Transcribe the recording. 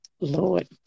Lord